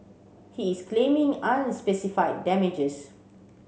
he is claiming unspecified damages